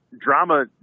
drama